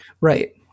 Right